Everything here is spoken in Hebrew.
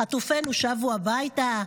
חטופינו שבו הביתה?